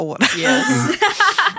Yes